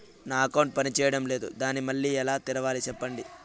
నా అకౌంట్ పనిచేయడం లేదు, దాన్ని మళ్ళీ ఎలా తెరవాలి? సెప్పండి